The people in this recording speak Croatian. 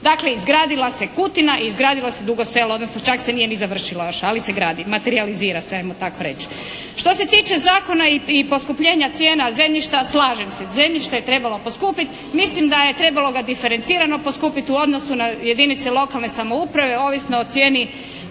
Dakle, izgradila se Kutina i izgradilo se Dugo Selo, odnosno čak se nije ni završilo još ali se gradi, materijalizira se hajmo tako reći. Što se tiče zakona i poskupljenja cijena zemljišta slažem se. Zemljište je trebalo poskupiti. Mislim da je trebalo ga diferencirano poskupiti u odnosu na jedinice lokalne samouprave ovisno o cijeni,